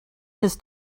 his